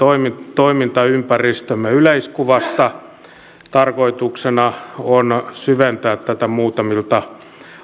toimintaympäristömme yleiskuvasta tarkoituksena on syventää tätä muutamilta